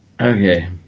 Okay